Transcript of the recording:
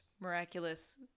miraculous